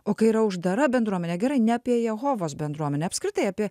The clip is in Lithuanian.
o kai yra uždara bendruomenė gerai ne apie jehovos bendruomenę apskritai apie